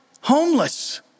homeless